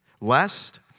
lest